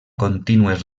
contínues